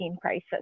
crisis